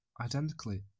identically